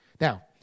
Now